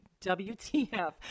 WTF